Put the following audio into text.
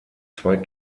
zwei